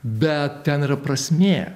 bet ten yra prasmė